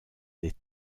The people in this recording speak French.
des